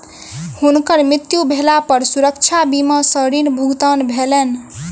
हुनकर मृत्यु भेला पर सुरक्षा बीमा सॅ ऋण भुगतान भेलैन